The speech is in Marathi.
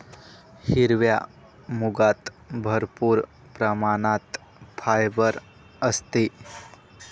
हिरव्या मुगात भरपूर प्रमाणात फायबर असते